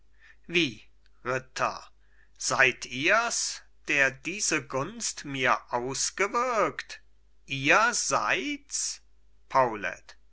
wie ritter seid ihr's der diese gunst mir ausgewirkt ihr seid's